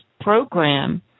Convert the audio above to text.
program